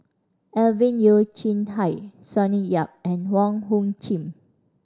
Alvin Yeo Khirn Hai Sonny Yap and Wong Hung Khim